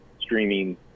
streaming